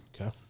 Okay